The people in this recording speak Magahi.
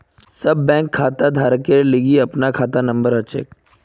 सब बैंक खाताधारकेर लिगी अपनार खाता नंबर हछेक